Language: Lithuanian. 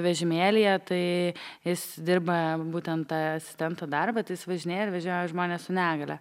vežimėlyje tai jis dirba būtent tą asistento darbą tai jis važinėja ir vėžioja žmones su negalia